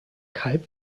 kalb